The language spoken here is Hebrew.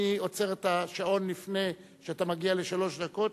אני עוצר את השעון לפני שאתה מגיע לשלוש דקות